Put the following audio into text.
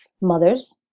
mothers